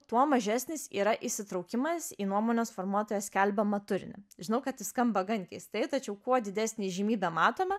tuo mažesnis yra įsitraukimas į nuomonės formuotojos skelbiamą turinį žinau kad tai skamba gan keistai tačiau kuo didesnę įžymybę matome